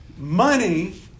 Money